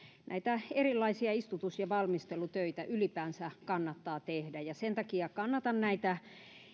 näitä erilaisia istutus ja valmistelutöitä ylipäänsä kannattaa tehdä sen takia kannatan näitä